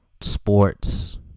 sports